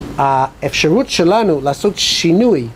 האפשרות שלנו לעשות שינוי